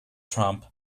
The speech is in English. trump